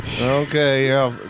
Okay